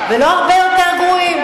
ולא הרבה יותר גרועים?